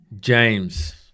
James